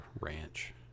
ranch